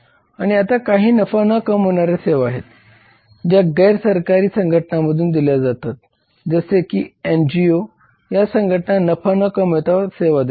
आणि आता काही नफा न कामविणाऱ्या सेवा आहेत ज्या गैर सरकारी संघटनांकडून दिल्या जातात जसे की एन जी ओ या संघटना नफा न कामविता सेवा देतात